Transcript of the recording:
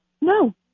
no